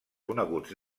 coneguts